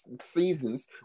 seasons